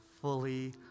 fully